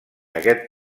aquest